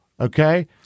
Okay